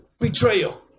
betrayal